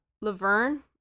Laverne